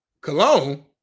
Cologne